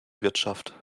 wirtschaft